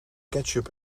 ketchup